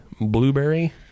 blueberry